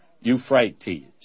Euphrates